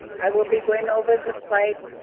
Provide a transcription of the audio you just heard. i will be going over the slide,